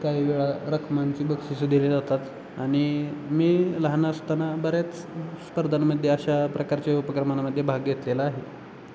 काही वेळा रकमांची बक्षीसं दिले जातात आणि मी लहान असताना बऱ्याच स्पर्धांमध्ये अशा प्रकारचे उपक्रमांमध्ये भाग घेतलेला आहे